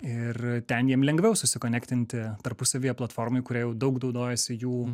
ir ten jiem lengviau susikonektinti tarpusavyje platformoj kuria jau daug naudojasi jų